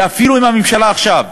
ואפילו אם הממשלה עכשיו